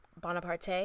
Bonaparte